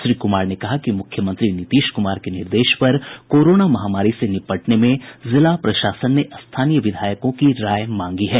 श्री कुमार ने कहा कि मुख्यमंत्री नीतीश कुमार के निर्देश पर कोरोना महामारी से निपटने में जिला प्रशासन ने स्थानीय विधायकों की राय मांगी है